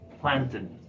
planted